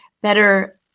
better